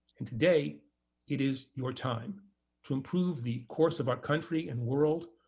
and today it is your time to improve the course of our country and world,